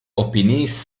opiniis